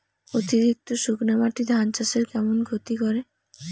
অতিরিক্ত শুকনা মাটি ধান চাষের কেমন ক্ষতি করে?